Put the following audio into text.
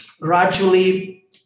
gradually